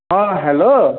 হাঁ হ্যালো